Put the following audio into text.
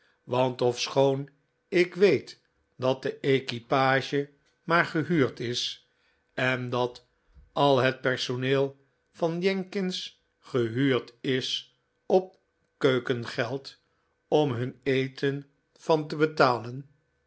want ofschoon ik weet dat de equipage maar gehuurd is en dat al het personeel van jenkins gehuurd is op keukengeld om hun eten van te betalen